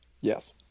Yes